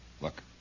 look